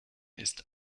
ist